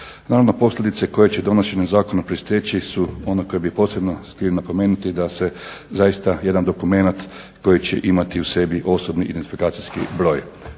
Naravno posljedice koje će donošenjem zakona proisteći su one koje bi posebno htio napomenuti da se zaista jedan dokumenat koji će imati u sebi osobni identifikacijski broj.